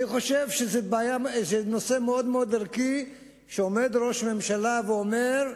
אני חושב שזה מאוד ערכי שעומד ראש ממשלה ואומר: